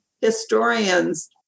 historians